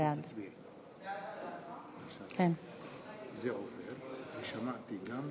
בעד, 12, אין מתנגדים